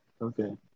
Okay